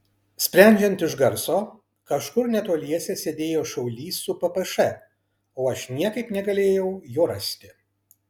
sprendžiant iš garso kažkur netoliese sėdėjo šaulys su ppš o aš niekaip negalėjau jo rasti